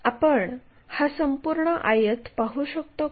आपण हा संपूर्ण आयत पाहू शकतो का